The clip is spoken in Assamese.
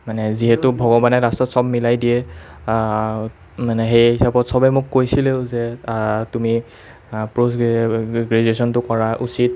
মানে যিহেতু ভগৱানে লাষ্টত সব মিলাই দিয়ে মানে সেই হিচাপত সবে মোক কৈছিলেও যে তুমি পষ্ট গ্ৰেজুয়েশ্যনটো কৰা উচিত